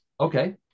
okay